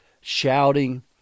shouting